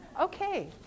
Okay